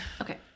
okay